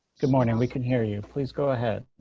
good morning, we can hear you. please go ahead.